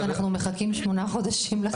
אנחנו מחכים שמונה חודשים לחקיקה.